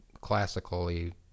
classically